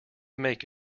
make